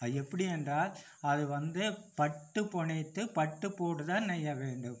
எப்படி என்றால் அது வந்து பட்டு புனைத்து பட்டு போட்டுதான் நெய்ய வேண்டும்